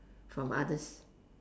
from others